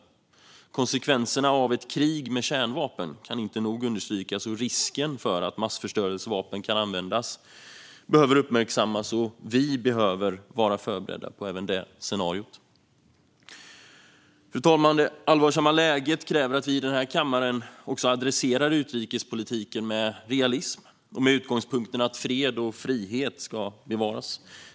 De svåra konsekvenserna av ett krig med kärnvapen kan inte nog understrykas, och risken för att massförstörelsevapen kan användas behöver uppmärksammas. Vi behöver vara förberedda på även detta scenario. Fru talman! Det allvarsamma läget kräver att vi i denna kammare adresserar utrikespolitiken med realism och med utgångspunkten att fred och frihet ska bevaras.